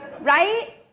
Right